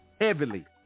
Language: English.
heavily